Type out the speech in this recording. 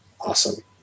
awesome